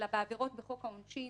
אלא בעבירות בחוק העונשין,